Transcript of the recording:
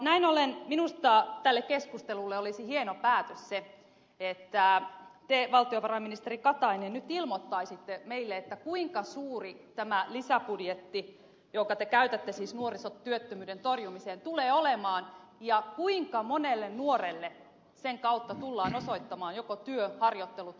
näin ollen minusta tälle keskustelulle olisi hieno päätös se että te valtiovarainministeri katainen nyt ilmoittaisitte meille kuinka suuri tämä lisäbudjetti jonka te käytätte siis nuorisotyöttömyyden torjumiseen tulee olemaan ja kuinka monelle nuorelle sen kautta tullaan osoittamaan joko työ harjoittelu tai opiskelupaikka